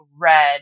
red